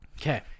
Okay